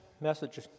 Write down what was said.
message